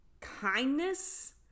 kindness